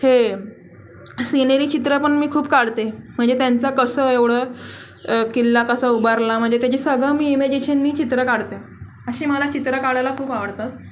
हे सीनेरी चित्र पण मी खूप काढते म्हणजे त्यांचं कसं एवढं किल्ला कसा उभारला म्हणजे त्याचे सगळं मी इमेजिशननी चित्र काढते असे मला चित्र काढायला खूप आवडतात